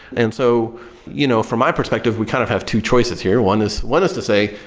and so you know from my perspective, we kind of have two choices here. one is one is to say,